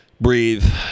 breathe